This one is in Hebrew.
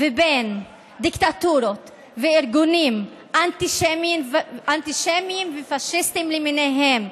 לבין דיקטטורות וארגונים אנטישמיים ופאשיסטיים למיניהם,